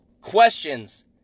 questions